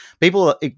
people